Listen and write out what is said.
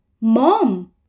Mom